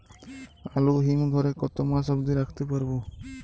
আলু হিম ঘরে কতো মাস অব্দি রাখতে পারবো?